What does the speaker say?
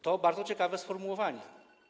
To bardzo ciekawe sformułowanie.